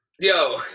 Yo